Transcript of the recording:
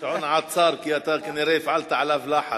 השעון עצר כי אתה כנראה הפעלת עליו לחץ.